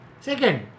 Second